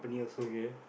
okay